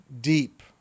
deep